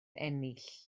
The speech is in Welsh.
ennill